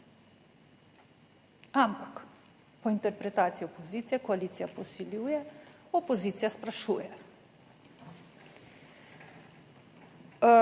Ampak po interpretaciji opozicije koalicija posiljuje, opozicija sprašuje.